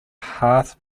half